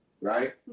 right